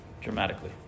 dramatically